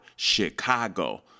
Chicago